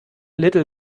little